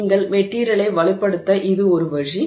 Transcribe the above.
நீங்கள் மெட்டிரியலை வலுப்படுத்த இது ஒரு வழி